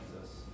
Jesus